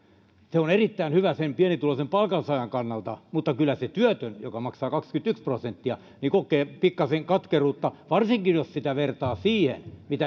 se on erittäin hyvä sen pienituloisen palkansaajan kannalta mutta kyllä se työtön joka maksaa kaksikymmentäyksi prosenttia kokee pikkasen katkeruutta varsinkin jos sitä vertaa siihen että